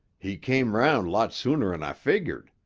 he came round lot sooner'n i figured.